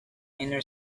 inner